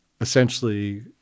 essentially